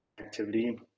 activity